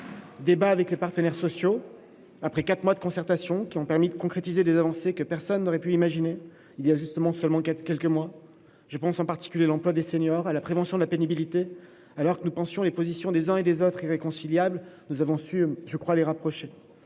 lieu avec les partenaires sociaux, après quatre mois de concertation qui ont permis de concrétiser des avancées que personne n'aurait pu imaginer voilà seulement quelques mois. Je pense en particulier à l'emploi des seniors et à la prévention de la pénibilité. Alors que nous pensions les positions des uns et des autres irréconciliables sur ce sujet, nous avons su, je pense, les rapprocher.